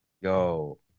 Yo